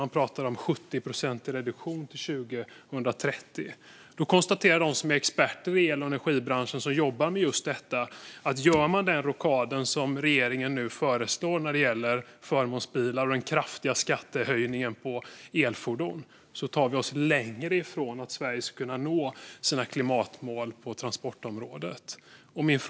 Man talar om en 70-procentig reduktion till 2030. De som är experter i energibranschen och jobbar med just detta konstaterar att gör man den rockad som regeringen nu föreslår när det gäller förmånsbilar och den kraftiga skattehöjningen på elfordon kommer vi längre ifrån att Sverige ska kunna nå sina klimatmål på transportområdet. Fru talman!